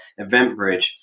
EventBridge